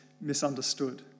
misunderstood